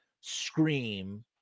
Scream